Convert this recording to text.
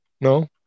No